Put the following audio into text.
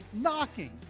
Knocking